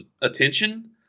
attention